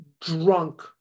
drunk